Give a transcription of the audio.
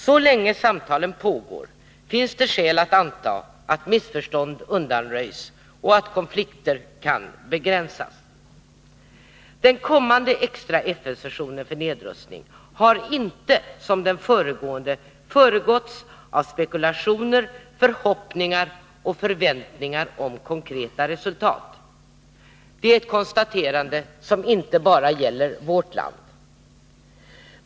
Så länge samtalen pågår finns det skäl att anta att missförstånd undanröjs och att konflikter kan begränsas. Den kommande extra FN-sessionen för nedrustning har inte som den föregående föregåtts av spekulationer, förhoppningar och förväntningar om konkreta resultat. Det är ett konstaterande som inte bara gäller vårt land.